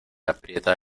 aprieta